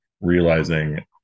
realizing